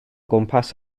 gwmpas